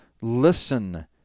listen